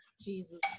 Jesus